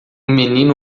menino